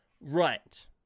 Right